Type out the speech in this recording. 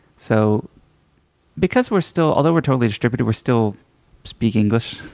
so because we're still although we're totally distributed, we're still speak english.